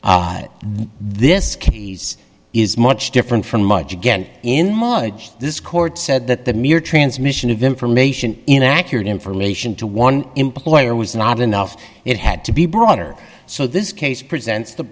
keys is much different from much again in mileage this court said that the mere transmission of information inaccurate information to one employer was not enough it had to be broader so this case presents the